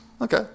Okay